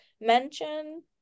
mention